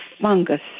fungus